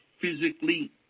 physically